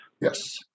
Yes